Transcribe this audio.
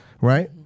right